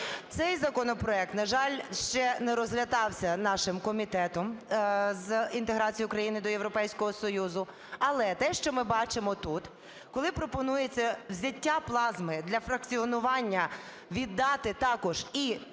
Цей законопроект, на жаль, ще не розглядався нашим Комітетом з інтеграції України до Європейського Союзу, але те, що ми бачимо тут, коли пропонується взяття плазми для фракціонування віддати також і